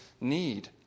need